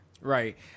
Right